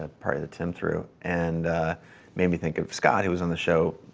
a party that tim threw and made me think of scott, who was on the show